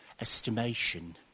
estimation